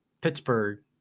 Pittsburgh